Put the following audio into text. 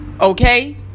Okay